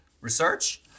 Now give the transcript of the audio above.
research